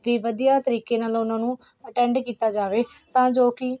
ਵੀ ਵਧੀਆ ਤਰੀਕੇ ਨਾਲ ਉਹਨਾਂ ਨੂੰ ਅਟੈਂਡ ਕੀਤਾ ਜਾਵੇ ਤਾਂ ਜੋ ਕਿ